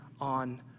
on